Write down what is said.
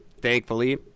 thankfully